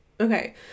okay